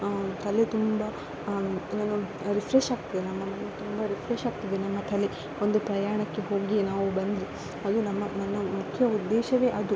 ತಲೆ ತುಂಬ ಏನು ರಿಫ್ರೆಶ್ ಆಗ್ತೇವೆ ನಮ್ಮ ಮೈಂಡ್ ತುಂಬ ರಿಫ್ರೆಶ್ ಆಗ್ತದೆ ನಮ್ಮ ತಲೆ ಒಂದು ಪ್ರಯಾಣಕ್ಕೆ ಹೋಗಿ ನಾವು ಬಂದು ಅದು ನಮ್ಮ ನನ್ನ ಮುಖ್ಯ ಉದ್ದೇಶವೇ ಅದು